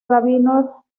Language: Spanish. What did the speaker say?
rabino